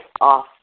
off